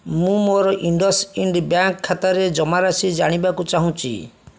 ମୁଁ ମୋର IndusInd bank ଖାତାରେ ଜମାରାଶି ଜାଣିବାକୁ ଚାହୁଁଛି